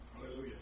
Hallelujah